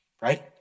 right